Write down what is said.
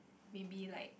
maybe like